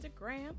Instagram